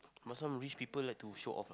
but some rich people like to show off